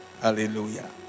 Hallelujah